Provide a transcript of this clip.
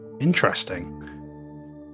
Interesting